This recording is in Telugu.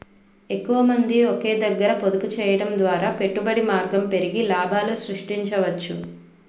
ఎక్కువమంది ఒకే దగ్గర పొదుపు చేయడం ద్వారా పెట్టుబడి మార్గం పెరిగి లాభాలు సృష్టించవచ్చు